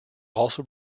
also